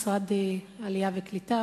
משרד העלייה והקליטה,